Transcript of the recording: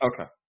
Okay